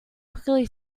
quickly